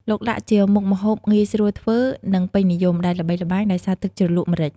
ឡុកឡាក់ជាមុខម្ហូបងាយស្រួលធ្វើ និងពេញនិយម ដែលល្បីល្បាញដោយសារទឹកជ្រលក់ម្រេច ។